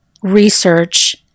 research